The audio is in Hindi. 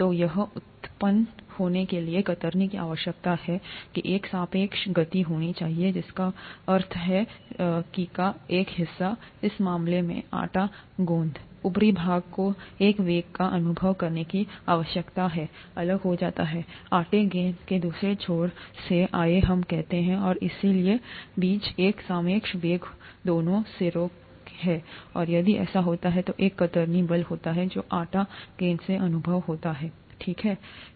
तो यह उत्पन्न होने के लिए कतरनी की आवश्यकता है कि एक सापेक्ष गति होनी चाहिए जिसका अर्थ है किका एक हिस्सा इस मामले में आटा गेंद ऊपरी भाग को एक वेग का अनुभव करने की आवश्यकता हैअलग जो आटा गेंद के दूसरे छोर सेहै आइए हम कहते हैं और इसलिएबीच एक सापेक्ष वेग दोनों सिरों केहै और यदि ऐसा होता है तो एक कतरनी बल होता है जो आटा गेंद से अनुभव होता है ठीक है